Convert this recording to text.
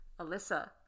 Alyssa